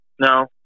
no